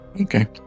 Okay